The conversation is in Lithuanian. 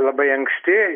labai anksti